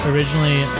Originally